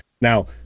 Now